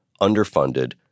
underfunded